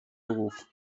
beruf